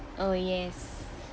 oh yes